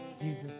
Jesus